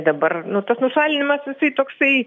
dabar tas nušalinimas jisai toksai